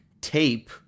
tape